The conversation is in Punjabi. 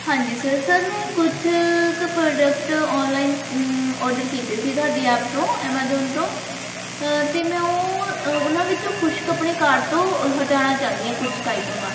ਹਾਂਜੀ ਸਰ ਸਰ ਮੈਂ ਕੁਝ ਕੁ ਪ੍ਰੋਡਕਟ ਔਨਲਾਈਨ ਔਡਰ ਕੀਤੇ ਸੀ ਤੁਹਾਡੀ ਐਪ ਤੋਂ ਐਮਾਜੋਨ ਤੋਂ ਅਤੇ ਮੈਂ ਉਹ ਉਹਨਾਂ ਵਿੱਚੋਂ ਕੁਝ ਕੁ ਆਪਣੇ ਕਾਡ ਤੋਂ ਹਟਾਉਣਾ ਚਾਹੁੰਦੀ ਹਾਂ ਕੁਝ ਕੁ ਆਈਟਮਾਂ